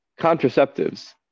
contraceptives